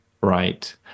right